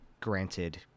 granted